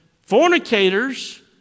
fornicators